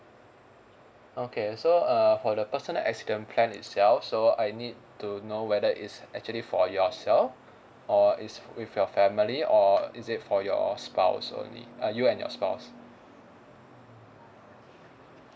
okay so err for the personal accident plan itself so I need to know whether is actually for yourself or is with your family or is it for your spouse only uh you and your spouse